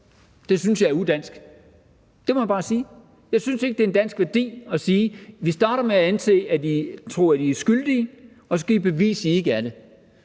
Det synes jeg er udansk; det må jeg bare sige. Jeg synes ikke, det er en dansk værdi at sige: Vi starter med at anse jer for skyldige, og så skal I bevise, at I ikke er det.